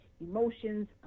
emotions